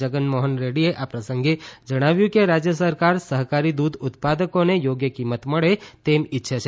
જગમોહન રેડ્ડીએ આ પ્રસંગે જણાવ્યું કે રાજ્ય સરકાર સહકારી દૂધ ઉત્પાદકોને યોગ્યકિંમત મળે તેમ ઇચ્છે છે